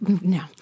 no